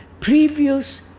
previous